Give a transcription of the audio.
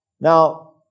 Now